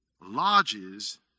lodges